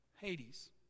Hades